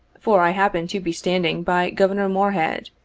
for i happened to be standing by governor morehead,